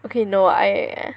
okay no I